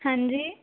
ਹਾਂਜੀ